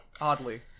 Oddly